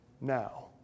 now